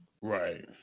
Right